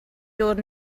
dod